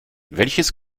welches